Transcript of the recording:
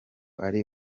ari